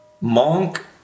Monk